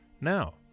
Now